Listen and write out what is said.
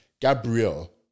Gabriel